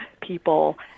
people